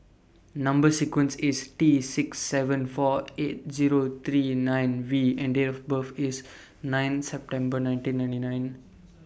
Number sequence IS T six seven four eight Zero three nine V and Date of birth IS nine September nineteen ninety nine